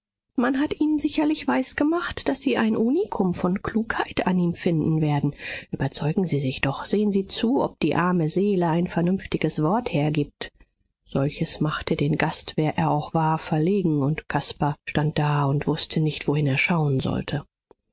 man hat ihnen sicherlich weisgemacht daß sie ein unikum von klugheit an ihm finden werden überzeugen sie sich doch sehen sie zu ob die arme seele ein vernünftiges wort hergibt solches machte den gast wer er auch war verlegen und caspar stand da und wußte nicht wohin er schauen sollte